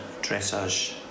dressage